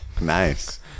Nice